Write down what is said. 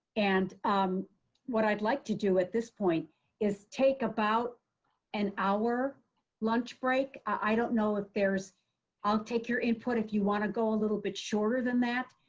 and what i'd like to do at this point is take about an hour lunch break. i don't know if there's i'll take your input if you want to go a little bit shorter than that.